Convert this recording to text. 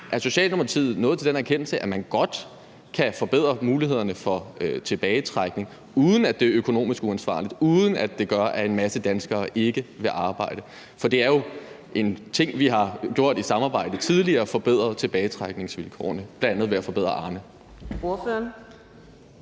Er Socialdemokratiet nået til den erkendelse, at man godt kan forbedre mulighederne for tilbagetrækning, uden at det er økonomisk uansvarligt, uden at det gør, at en masse danskere ikke vil arbejde? For det er jo en ting, vi har gjort i et samarbejde tidligere, altså forbedret tilbagetrækningsvilkårene, bl.a. ved at forbedre